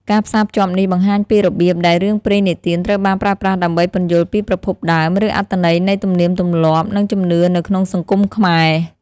ការផ្សារភ្ជាប់នេះបង្ហាញពីរបៀបដែលរឿងព្រេងនិទានត្រូវបានប្រើប្រាស់ដើម្បីពន្យល់ពីប្រភពដើម ឬអត្ថន័យនៃទំនៀមទម្លាប់ និងជំនឿនៅក្នុងសង្គមខ្មែរ។